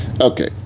Okay